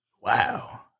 Wow